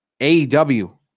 AEW